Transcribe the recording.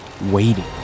waiting